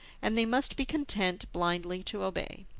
and they must be content blindly to obey.